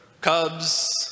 Cubs